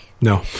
No